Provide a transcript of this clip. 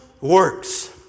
works